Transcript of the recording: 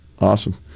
awesome